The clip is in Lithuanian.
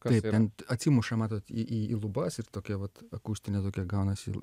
kaip ten atsimuša matot į į į lubas ir tokia vat akustinė tokia gaunasi